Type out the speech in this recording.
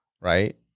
right